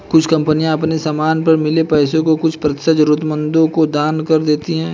कुछ कंपनियां अपने समान पर मिले पैसे का कुछ प्रतिशत जरूरतमंदों को दान कर देती हैं